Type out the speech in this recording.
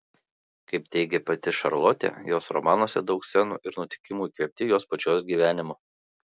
kaip teigė pati šarlotė jos romanuose daug scenų ir nutikimų įkvėpti jos pačios gyvenimo